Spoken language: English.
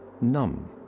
numb